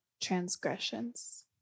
transgressions